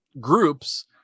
groups